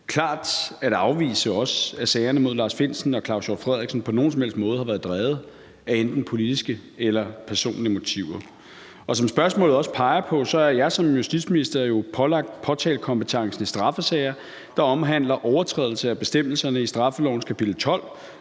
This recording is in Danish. klart at afvise, at sagerne mod Lars Findsen og Claus Hjort Frederiksen på nogen som helst måde har været drevet af enten politiske eller personlige motiver. Og som spørgsmålet også peger på, er jeg som justitsminister pålagt påtalekompetencen i straffesager, der omhandler overtrædelse af bestemmelserne i straffelovens kapitel